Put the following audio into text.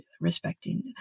respecting